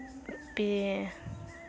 ᱯᱮ